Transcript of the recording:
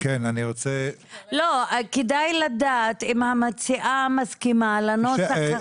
כדאי לדעת, אם המציעה מסכימה לנוסח החדש?